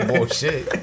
Bullshit